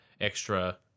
extra